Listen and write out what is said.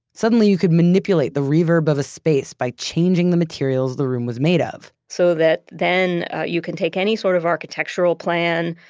suddenly, you could manipulate the reverb of a space by changing the materials the room was made ah of so that then you can take any sort of architectural plan.